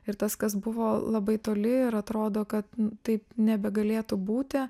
ir tas kas buvo labai toli ir atrodo kad taip nebegalėtų būti